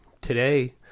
today